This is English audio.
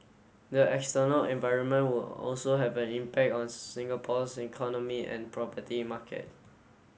the external environment would also have an impact on Singapore's economy and property market